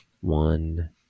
One